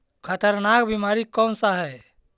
खतरनाक बीमारी कौन सा है?